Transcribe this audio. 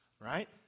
Right